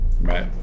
Right